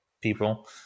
people